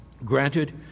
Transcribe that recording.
Granted